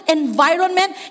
environment